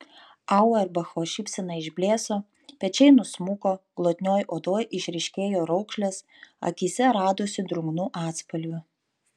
auerbacho šypsena išblėso pečiai nusmuko glotnioj odoj išryškėjo raukšlės akyse radosi drungnų atspalvių